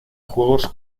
juegos